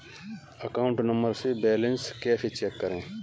Account number से balance कैसे check करें?